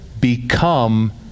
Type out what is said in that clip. become